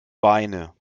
beine